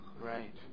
right